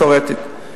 תיאורטית,